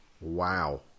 Wow